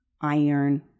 iron